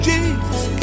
Jesus